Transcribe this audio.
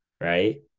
right